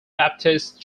baptist